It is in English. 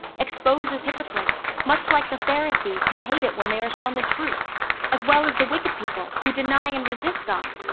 exposes hypocrites, much like the pharisees who hate it when they are shown the truth as well as the wicked people who deny and resist god.